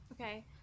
Okay